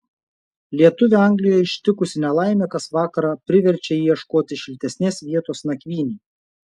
lietuvį anglijoje ištikusi nelaimė kas vakarą priverčia jį ieškoti šiltesnės vietos nakvynei